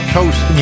Coast